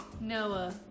Noah